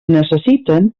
necessiten